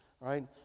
right